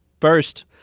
First